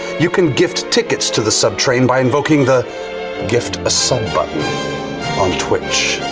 you can gift tickets to the sub train by invoking the gift a sub button on twitch.